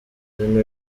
ibintu